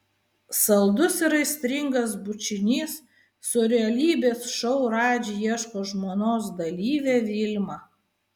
saldus ir aistringas bučinys su realybės šou radži ieško žmonos dalyve vilma